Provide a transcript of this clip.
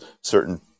certain